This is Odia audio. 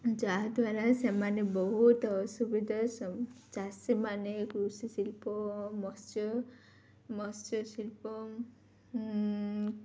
ଯାହାଦ୍ୱାରା ସେମାନେ ବହୁତ ଅସୁବିଧା ଚାଷୀମାନେ କୃଷି ଶିଳ୍ପ ମତ୍ସ୍ୟ ମତ୍ସ୍ୟଶିଳ୍ପ